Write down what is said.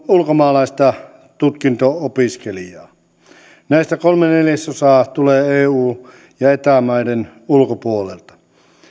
ulkomaalaista tutkinto opiskelijaa näistä kolme neljäsosaa tulee eu ja eta maiden ulkopuolelta